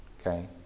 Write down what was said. okay